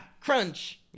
Crunch